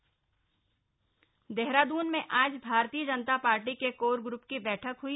BJP बैठक देहराद्न में आज भारतीय जनता पार्टी के कोर ग्र्प की बैठक हई